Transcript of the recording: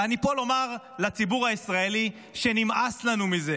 ואני פה לומר לציבור הישראלי שנמאס לנו מזה.